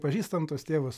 pažįstam tuos tėvus